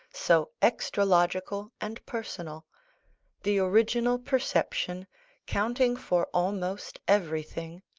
so extra-logical and personal the original perception counting for almost everything,